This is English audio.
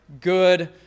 good